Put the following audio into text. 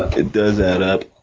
up. it does add up.